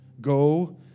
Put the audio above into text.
Go